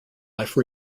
life